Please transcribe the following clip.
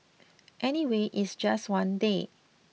anyway it's just one day